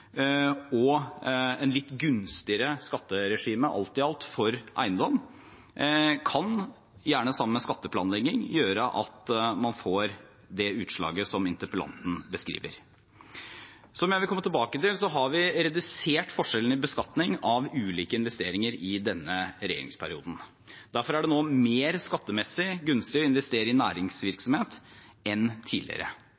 og et litt gunstigere skatteregime alt i alt for eiendom kan, gjerne sammen med skatteplanlegging, gjøre at man får det utslaget som interpellanten beskriver. Som jeg vil komme tilbake til, har vi redusert forskjellene i beskatningen av ulike investeringer i denne regjeringsperioden. Det er derfor nå mer skattemessig gunstig å investere i